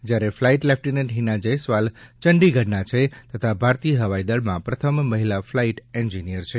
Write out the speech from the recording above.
જયારે flight lieutenant Hina Jaiswal ચંદીગઢના છે તથા ભારતીય હવાઇદળમાં પ્રથમ મહિલા ફલાઇટ એન્જિનીયર છે